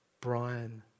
Brian